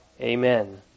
Amen